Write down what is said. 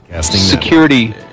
security